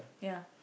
ya